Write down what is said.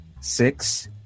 six